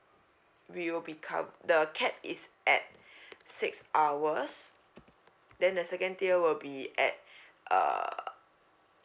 we will be cov~ the capped is at six hours then the second tier will be at err